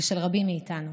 ושל רבים מאיתנו.